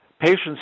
Patients